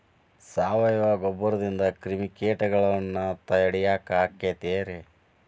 ಸಾವಯವ ಗೊಬ್ಬರದಿಂದ ಕ್ರಿಮಿಕೇಟಗೊಳ್ನ ತಡಿಯಾಕ ಆಕ್ಕೆತಿ ರೇ?